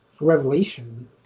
revelation